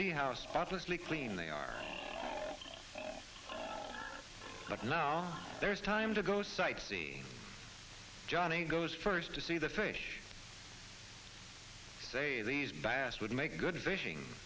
spotlessly clean they are but now there's time to go sight see johnny goes first to see the fish say these bass would make good fishing